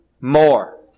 more